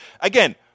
Again